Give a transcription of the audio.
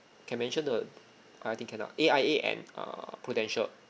can mention the uh I think can lah A_I_A and err prudential